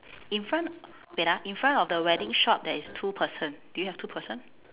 in front wait lah in front of the wedding shop there is two person do you have two person